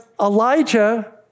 Elijah